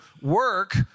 work